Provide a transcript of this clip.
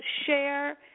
share